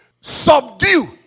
Subdue